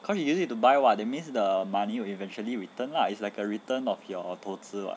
cause you use it to buy [what] that means the money will eventually return lah it's like a return of your 投资 [what]